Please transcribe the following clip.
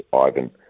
Ivan